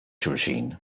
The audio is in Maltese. xulxin